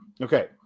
Okay